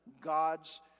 God's